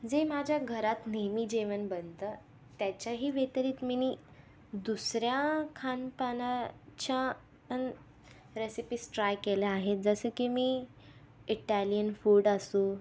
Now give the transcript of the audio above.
जे माझ्या घरात नेहमी जेवण बनतं त्याच्याही व्यतिरिक्त मिनी दुसऱ्या खानपानाच्या आणि रेसिपीज ट्राय केल्या आहेत जसं की मी इटालियन फूड असू